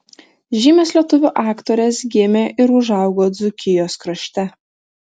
žymios lietuvių aktorės gimė ir užaugo dzūkijos krašte